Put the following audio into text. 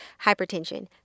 hypertension